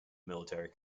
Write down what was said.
military